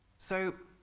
so,